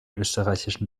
österreichischen